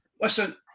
listen